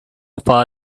far